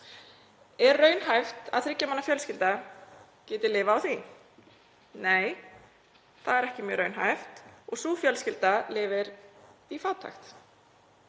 Er raunhæft að þriggja manna fjölskylda geti lifað á því? Nei, það er ekki mjög raunhæft og sú fjölskylda lifir í fátækt.